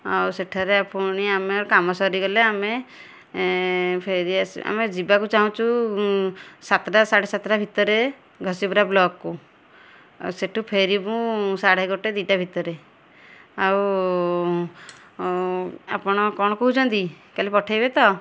ଆଉ ସେଠାରେ ପୁଣି ଆମେ କାମ ସରିଗଲେ ଆମେ ଫେରି ଆସି ଆମେ ଯିବାକୁ ଚାହୁଁଛୁ ସାତଟା ସାଢ଼େ ସାତଟା ଭିତରେ ଘସିପୁରା ବ୍ଳକ୍କୁ ସେଠୁ ଫେରିବୁ ସାଢ଼େ ଗୋଟେ ଦୁଇଟା ଭିତରେ ଆଉ ଆପଣ କଣ କହୁଛନ୍ତି କାଲି ପଠେଇବେ ତ